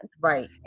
Right